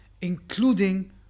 including